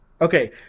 okay